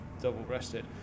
double-breasted